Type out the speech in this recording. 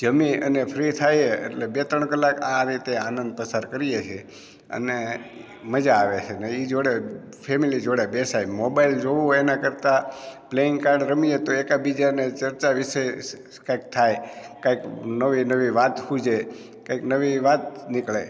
જમી અને ફ્રી થઈએ એટલે બે ત્રણ કલાક આ રીતે આનંદ પસાર કરીએ છીએ અને મજા આવે છે ને એ જોડે ફેમેલી જોડે બેસાય મોબાઈલ જોવું એના કરતાં પ્લેઇંગ કાર્ડ રમીએ તો એકાબીજાને ચર્ચા વિશે કંઈક થાય કંઈક નવી નવી વાત સુઝે કંઈક નવી વાત નીકળે